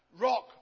rock